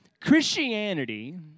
Christianity